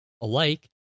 alike